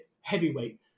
heavyweight